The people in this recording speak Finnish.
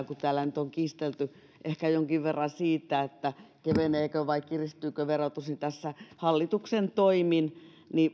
kun täällä nyt on kiistelty ehkä jonkin verran siitä keveneekö vai kiristyykö verotus niin tässä hallituksen toimin